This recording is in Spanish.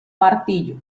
martillo